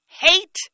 hate